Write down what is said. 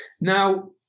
Now